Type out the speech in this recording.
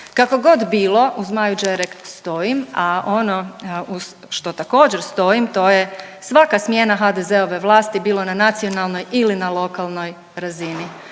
Kako god bilo uz Maju Đerek stojim, a ono uz što također stojim to je svaka smjena HDZ-ove vlasti bilo na nacionalnoj ili na lokalnoj razini.